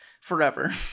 forever